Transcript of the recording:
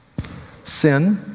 Sin